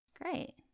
Great